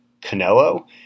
Canelo